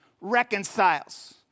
reconciles